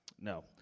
No